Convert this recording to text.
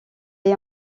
est